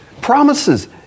Promises